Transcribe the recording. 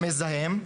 למזהם.